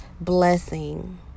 blessing